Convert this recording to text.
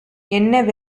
என்ன